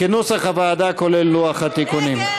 כנוסח הוועדה, כולל לוח התיקונים.